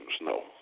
no